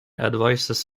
advises